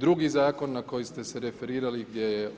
Drugi Zakon na koji ste se referirali gdje je